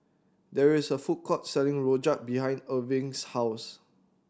there is a food court selling Rojak behind Irving's house